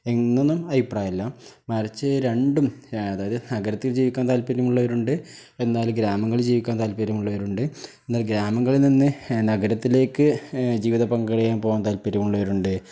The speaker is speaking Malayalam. എന്നൊന്നും അഭിപ്രായമില്ല മറിച്ച് രണ്ടും അതായത് നഗരത്തിൽ ജീവിക്കാൻ താല്പര്യമുള്ളവരുമുണ്ട് എന്നാല് ഗ്രാമങ്ങളിൽ ജീവിക്കാൻ താല്പര്യമുള്ളവരുമുണ്ട് എന്നാൽ ഗ്രാമങ്ങളിൽ നിന്ന് നഗരത്തിലേക്ക് ജീവിതം പങ്കിടാൻ പോകാൻ താല്പര്യമുള്ളവരുമുണ്ട്